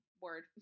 word